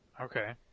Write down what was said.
Okay